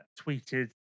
tweeted